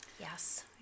Yes